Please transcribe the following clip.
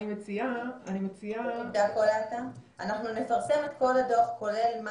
אני מציעה --- אנחנו נפרסם את כל הדוח כולל מה